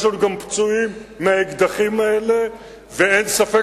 יש לנו גם פצועים מהאקדחים האלה ואין ספק